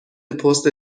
پست